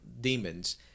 demons